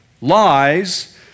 lies